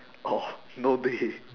oh no